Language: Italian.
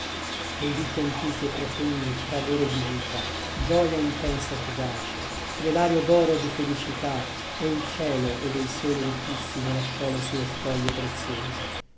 pei vichi antichi e profondi fragore di vita gioia intensa e fugace velario d'oro di felicità è il cielo ove il sole ricchissimo lasciò le sue spoglie preziose